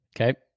Okay